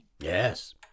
Yes